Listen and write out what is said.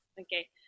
okay